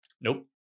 Nope